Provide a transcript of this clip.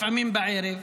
לפעמים בערב.